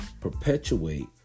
perpetuate